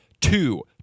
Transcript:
Two